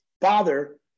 father